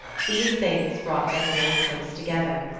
these things brought them very close together.